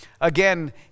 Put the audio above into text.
again